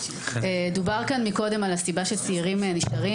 דובר כאן מקודם על הסיבה שצעירים נשארים